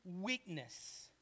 weakness